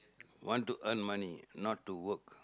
want to earn money not to work